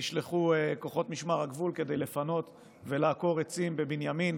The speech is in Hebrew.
נשלחו כוחות משמר הגבול כדי לפנות ולעקור עצים בבנימין,